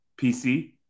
PC